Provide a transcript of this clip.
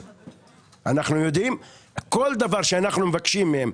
כל דבר שאנחנו מבקשים מהם,